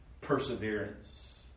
perseverance